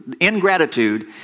Ingratitude